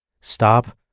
stop